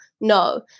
no